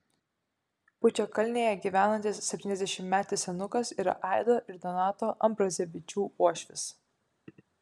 pučiakalnėje gyvenantis septyniasdešimtmetis senukas yra aido ir donato ambrazevičių uošvis